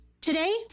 Today